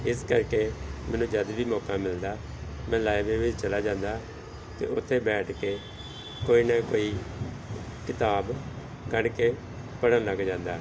ਇਸ ਕਰਕੇ ਮੈਨੂੰ ਜਦ ਵੀ ਮੌਕਾ ਮਿਲਦਾ ਮੈਂ ਲਾਇਬਰੇਰੀ ਵਿੱਚ ਚਲਾ ਜਾਂਦਾ ਅਤੇ ਉੱਥੇ ਬੈਠ ਕੇ ਕੋਈ ਨਾ ਕੋਈ ਕਿਤਾਬ ਕੱਢ ਕੇ ਪੜ੍ਹਨ ਲੱਗ ਜਾਂਦਾ